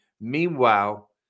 Meanwhile